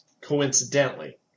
Coincidentally